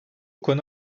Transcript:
konu